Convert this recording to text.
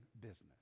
business